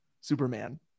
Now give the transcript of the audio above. Superman